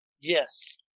Yes